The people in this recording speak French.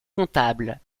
comptable